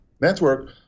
network